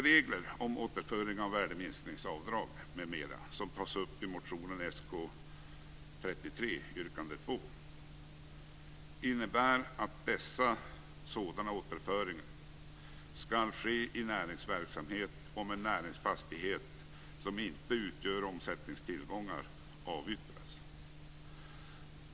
Reglerna om återföring av värdeminskningsavdrag m.m., som tas upp i motionen Sk33, yrkande 2, innebär att sådan återföring skall ske i näringsverksamhet om en näringsfastighet som inte utgör omsättningstillgångar avyttras.